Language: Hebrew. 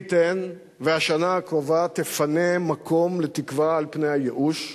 מי ייתן והשנה הקרובה תפנה מקום לתקווה על פני הייאוש,